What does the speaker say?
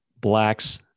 Black's